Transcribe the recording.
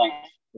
thanks